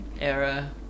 era